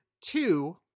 Two